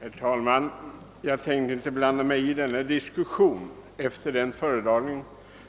Herr talman! Jag tänker inte blanda mig i denna diskussion efter den föredragning